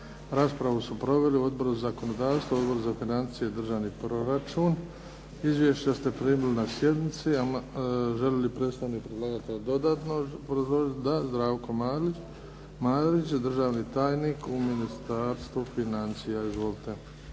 Raspravu su proveli Odbor za zakonodavstvo, Odbor za financije i državni proračun. Izvješća ste primili na sjednici. Želi li predstavnik predlagatelja dodatno obrazložiti? Da. Zdravko Marić državni tajnik u Ministarstvu financija. Izvolite.